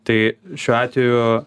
tai šiuo atveju